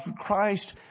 Christ